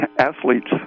athletes